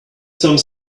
some